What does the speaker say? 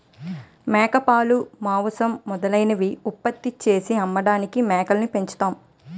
మేకపాలు, మాంసం మొదలైనవి ఉత్పత్తి చేసి అమ్మడానికి మేకల్ని పెంచుతున్నాం